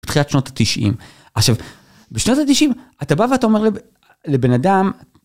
תחילת שנות התשעים. עכשיו בשנות התשעים אתה בא ואתה אומר לבן אדם.